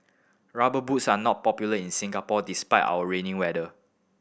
Rubber Boots are not popular in Singapore despite our rainy weather